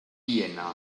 viena